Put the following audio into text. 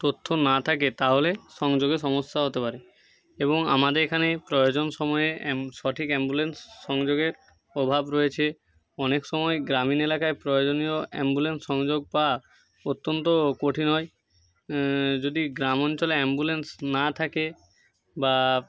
তথ্য না থাকে তাহলে সংযোগে সমস্যা হতে পারে এবং আমাদের এখানে প্রয়োজন সময়ে সঠিক অ্যাম্বুলেন্স সংযোগের অভাব রয়েছে অনেক সময় গ্রামীণ এলাকায় প্রয়োজনীয় অ্যাম্বুলেন্স সংযোগ পাওয়া অত্যন্ত কঠিন হয় যদি গ্রাম অঞ্চলে অ্যাম্বুলেন্স না থাকে বা